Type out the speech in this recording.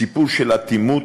סיפור של אטימות,